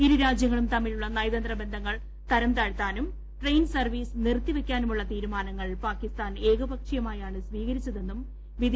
ഇരു രാജ്യങ്ങളും തമ്മിലുള്ള നയതന്ത്ര ബന്ധങ്ങൾ തരം താഴ്ത്താനും ട്രെയിൻ സർവ്വീസ് നിർത്തി വെയ്ക്കാനുമുള്ള തീരുമാനങ്ങൾ പാകിസ്ഥാൻ ഏകപക്ഷീയമായാണ് സ്വീകരിച്ചതെന്നും വിദേശകാര്യ വക്താവ് പറഞ്ഞു